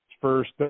first